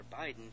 biden